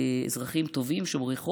אזרחים טובים, שומרי חוק.